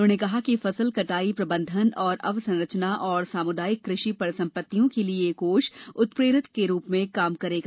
उन्होंने कहा कि फसल कटाई प्रबंधन और अवसंरचना और सामुदायिक कृषि परिसंपत्तियों के लिए यह कोष उत्प्रेरक के रूप में काम करेगा